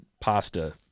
Pasta